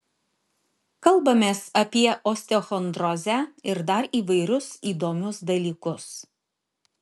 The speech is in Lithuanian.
kalbamės apie osteochondrozę ir dar įvairius įdomius dalykus